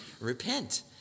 Repent